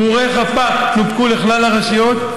גרורי חפ"ק נופקו לכלל הרשויות,